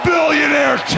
Billionaire